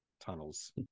tunnels